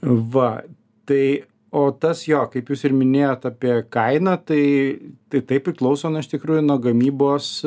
va tai o tas jo kaip jūs ir minėjot apie kainą tai tai tai priklauso nuo iš tikrųjų nuo gamybos